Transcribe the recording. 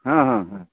हँ हँ हँ